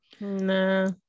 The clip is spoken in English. No